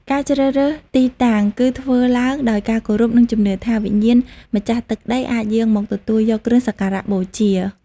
ការជ្រើសរើសទីតាំងគឺធ្វើឡើងដោយការគោរព និងជំនឿថា វិញ្ញាណម្ចាស់ទឹកដីអាចយាងមកទទួលយកគ្រឿងសក្ការៈបូជា។